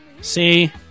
See